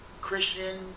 Christian